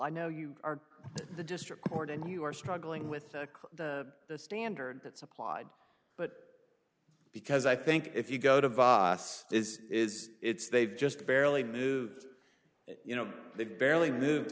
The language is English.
i know you are the district court and you are struggling with the standard that's applied but because i think if you go to vos is is it's they've just barely moved you know they've barely moved